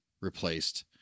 replaced